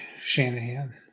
Shanahan